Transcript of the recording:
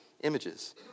images